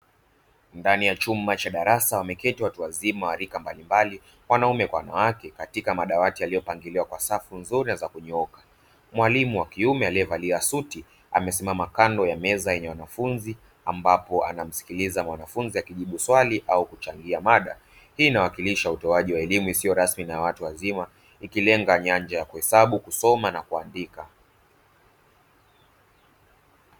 Ndani ya chumba cha darasa wameketi watu wazima wa rika mbalimbali wanaume kwa wanawake katika madawati yaliyopangiliwa kwa safu nzuri na za kunyooka. Mwalimu wa kiume alievalia suti amesimama kando ya meza wenye wanafunzi ambapo anamsikiliza mwanafunzi akijibu swali au kuchangia mada hii inawakilisha utoaji wa elimu isiyo rasmi na ya watu ikilenga nyanja za kuhesabu, kusoma na kuandika.